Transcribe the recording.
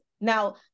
now